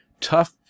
tough